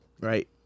right